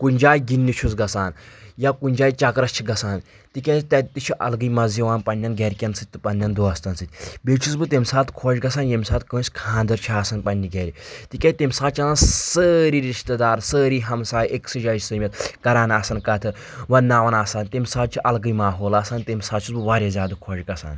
کُنہِ جایہِ گِنٛدنہِ چھُس گژھان یا کُنہِ جایہِ چکرس چھِ گژھان تِکیٛازِ تتہِ تہِ چھُ الگٕے مزٕ یِوان پننٮ۪ن گرِکٮ۪ن سۭتۍ تہٕ پننٮ۪ن دوستن سۭتۍ بیٚیہِ چھُس بہِ تیٚمہِ ساتہٕ خۄش گژھان ییٚمہِ ساتہٕ کٲنٛسہِ کھانٛدر چھُ آسان پننہِ گرِ تکیٛازِ تمہِ ساتہِ چھِ آسان سٲری رشتہٕ دار سٲری ہمسایہِ أکۍ سٕے جایہِ سٔمِتھ کران آسان کتھٕ ونٕناوان آسان تمہِ ساتہٕ چھُ الگٕے ماحول آسان تمہِ ساتہٕ چھُس بہٕ واریاہ زیادٕ خۄش گژھان